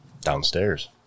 Downstairs